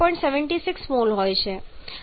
76 મોલ હોય છે